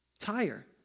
tire